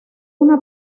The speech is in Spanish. una